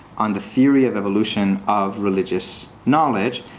on the theory of evolution of religious knowledge.